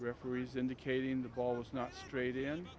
referees indicating the ball is not straight